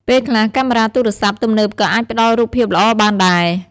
ពេលខ្លះ កាមេរ៉ាទូរសព្ទទំនើបក៏អាចផ្តល់រូបភាពល្អបានដែរ។